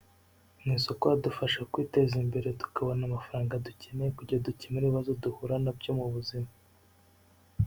Mi isoko hadufasha kwiteza imbere, tukabona amafaranga dukeney, kugira ngo dukemura ibibazo duhura nabyo mu buzima.